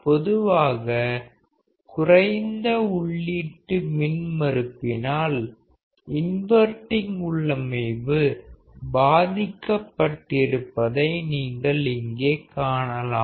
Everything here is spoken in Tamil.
பொதுவாக குறைந்த உள்ளீட்டு மின்மறுப்பினால் இன்வர்டிங் உள்ளமைவு பாதிக்கப்பட்டிருப்பதை நீங்கள் இங்கே காணலாம்